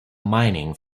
mining